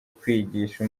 kwigisha